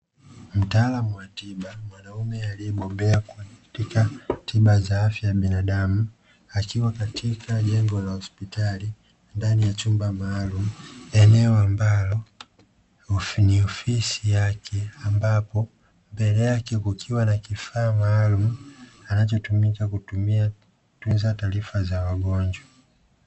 Mtaalamu wa tiba, mwanaume aliyebobea katika tiba za afya ya binadamu, akiwa katika jengo la hospitali, ndani ya chumba maalumu, eneo ambalo ni ofisi yake, ambapo mbele yake kukiwa na kifaa maalumu anachotumia kuingiza taarifa za wagonjwa.